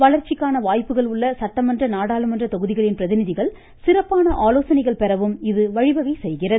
வளர்ச்சிக்கான வாய்ப்புகள் உள்ள சட்டமன்ற நாடாளுமன்ற தொகுதிகளின் பிரதிநிதிகள் சிறப்பான ஆலோசனைகள் பெறவும் இது வழிவகை செய்கிறது